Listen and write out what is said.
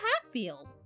Hatfield